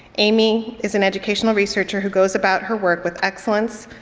amy is an educational researcher who goes about her work with excellence,